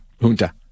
junta